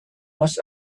must